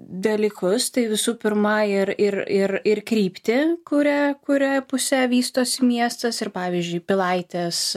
dalykus tai visų pirma ir ir ir ir kryptį kuria kuria puse vystosi miestas ir pavyzdžiui pilaitės